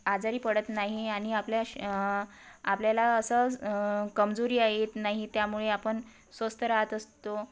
आजारी पडत नाही आणि आपल्या श आपल्याला असं कमजोरी येत नाही त्यामुळे आपण स्वस्थ राहत असतो